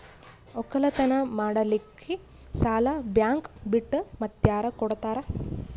ಒಕ್ಕಲತನ ಮಾಡಲಿಕ್ಕಿ ಸಾಲಾ ಬ್ಯಾಂಕ ಬಿಟ್ಟ ಮಾತ್ಯಾರ ಕೊಡತಾರ?